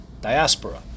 diaspora